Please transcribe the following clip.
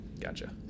Gotcha